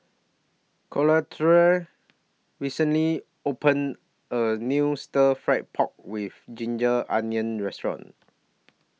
Collette recently opened A New Stir Fry Pork with Ginger Onions Restaurant